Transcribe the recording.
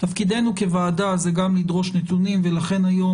תפקידנו כוועדה זה גם לדרוש נתונים ולכן היום